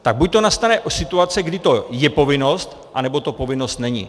Tak buď nastane situace, kdy to je povinnost, anebo to povinnost není.